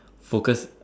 focus